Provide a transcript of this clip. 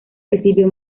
recibió